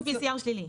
פטור מ-PCR שלילי.